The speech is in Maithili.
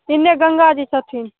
एने गङ्गा जी छथिन